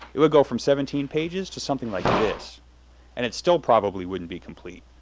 it would go from seventeen pages to something like this and it still probably wouldn't be complete.